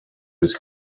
was